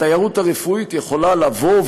התיירות הרפואית יכולה לבוא,